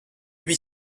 huit